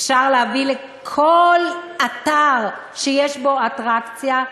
אפשר להביא כל אתר שיש בו אטרקציה,